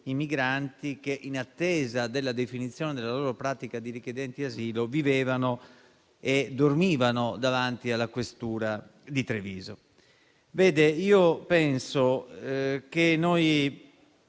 migranti che, in attesa della definizione della loro pratica di richiedenti asilo, vivevano e dormivano davanti alla questura di Treviso. Penso che